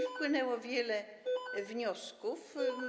Wpłynęło wiele wniosków.